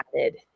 added